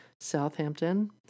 Southampton